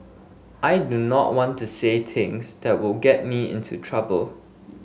I do not want to say things that will get me into trouble